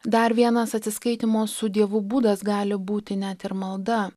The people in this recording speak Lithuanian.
dar vienas atsiskaitymo su dievu būdas gali būti net ir malda